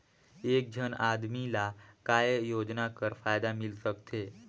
एक झन आदमी ला काय योजना कर फायदा मिल सकथे?